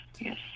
yes